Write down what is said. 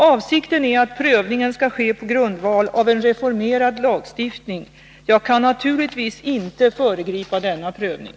Avsikten är att prövningen skall ske på grundval av en reformerad lagstiftning. Jag kan naturligtvis inte föregripa denna prövning.